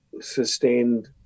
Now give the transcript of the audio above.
sustained